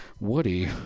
Woody